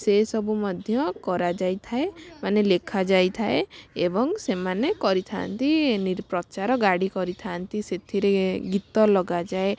ସେ ସବୁ ମଧ୍ୟ କରାଯାଇଥାଏ ମାନେ ଲେଖାଯାଇଥାଏ ଏବଂ ସେମାନେ କରିଥାନ୍ତି ନିଜ ପ୍ରଚାର ଗାଡ଼ି କରିଥାନ୍ତି ସେଥିରେ ଗୀତ ଲଗାଯାଏ